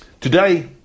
Today